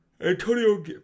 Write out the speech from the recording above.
Antonio